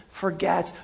forget